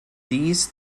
dies